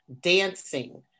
dancing